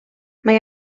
mae